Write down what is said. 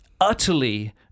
utterly